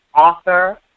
author